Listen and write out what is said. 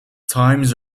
times